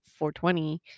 420